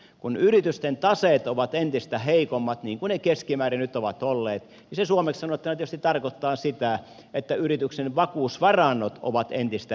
kun yritysten taseet ovat entistä heikommat niin kuin ne keskimäärin nyt ovat olleet se suomeksi sanottuna tietysti tarkoittaa sitä että yrityksen vakuusvarannot ovat entistä pienemmät